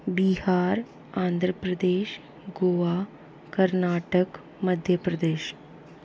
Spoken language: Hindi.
बिहार आंध्र प्रदेश गोवा कर्नाटक मध्य प्रदेश